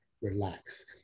Relax